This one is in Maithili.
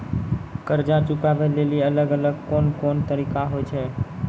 कर्जा चुकाबै लेली अलग अलग कोन कोन तरिका होय छै?